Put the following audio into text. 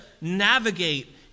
navigate